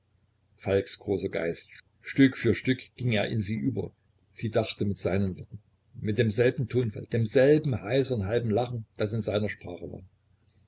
falks großer geist stück für stück ging er in sie über sie dachte mit seinen worten mit demselben tonfall demselben heisern halben lachen das in seiner sprache war